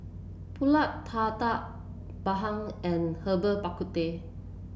pulut tatal bandung and Herbal Bak Ku Teh